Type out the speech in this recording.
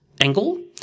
angle